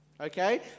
okay